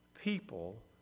people